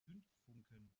zündfunken